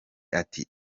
ati